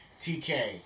TK